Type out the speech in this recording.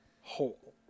whole